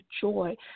joy